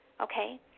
Okay